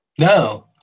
no